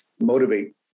motivate